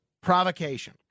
provocation